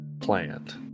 plant